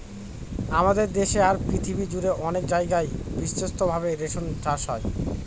আমাদের দেশে আর পৃথিবী জুড়ে অনেক জায়গায় বিস্তৃত ভাবে রেশম চাষ হয়